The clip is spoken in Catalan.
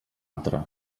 altra